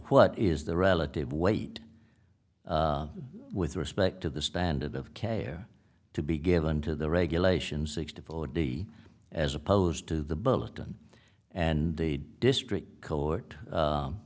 what is the relative weight with respect to the standard of care to be given to the regulation sixty four d as opposed to the bulletin and the district court